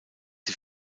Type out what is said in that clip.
sie